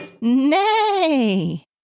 Nay